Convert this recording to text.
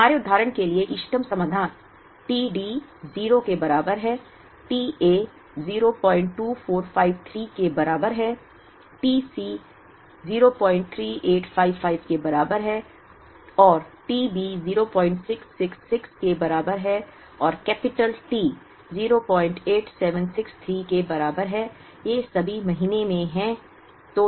हमारे उदाहरण के लिए इष्टतम समाधान t D 0 के बराबर है t A 02453 के बराबर है t C 03855 के बराबर है और t B 0666 के बराबर है और कैपिटल T 08763 के बराबर है ये सभी महीनों में हैं